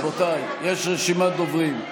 רבותיי, יש רשימת דוברים.